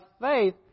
faith